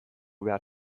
behar